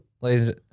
ladies